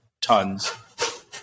tons